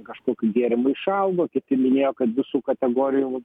kažkokių gėrimų išaugo kiti minėjo kad visų kategorijų